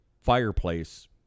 fireplace